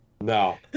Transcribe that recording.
no